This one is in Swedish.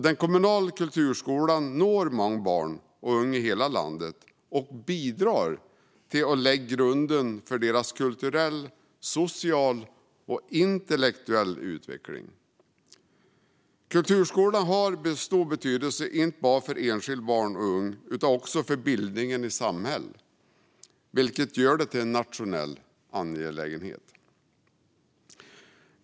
Den kommunala kulturskolan når många barn och unga i hela landet och bidrar till att lägga grunden för deras kulturella, sociala och intellektuella utveckling. Kulturskolan har stor betydelse inte bara för enskilda barn och unga utan också för bildningen i samhället, vilket gör den till en nationell angelägenhet.